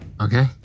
okay